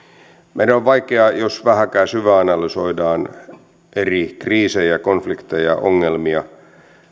meidän on aika vaikea jos vähääkään syväanalysoidaan eri kriisejä konflikteja ongelmia